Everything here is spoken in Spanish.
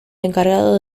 encargado